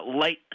Light